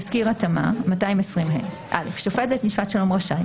תסקיר התאמה 220ה. (א) שופט בית משפט השלום רשאי,